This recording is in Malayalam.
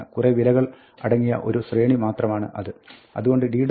കുറെ വിലകൾ അടങ്ങിയ ഒരു ശ്രേണി മാത്രമാണ് അത് അതുകൊണ്ട് d